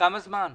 כמה זמן זה?